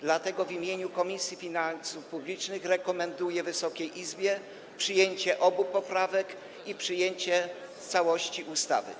Dlatego w imieniu Komisji Finansów Publicznych rekomenduję Wysokiej Izbie przyjęcie obu poprawek oraz przyjęcie całości ustawy.